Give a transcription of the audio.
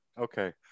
Okay